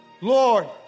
Lord